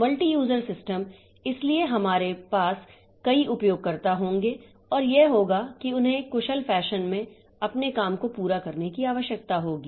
multi user system इसलिए हमारे पास कई उपयोगकर्ता होंगे और यह होगा कि उन्हें एक कुशल फैशन में अपने काम को पूरा करने की आवश्यकता होगी